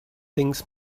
things